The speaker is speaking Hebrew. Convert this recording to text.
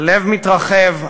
הלב מתרחב,